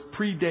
predate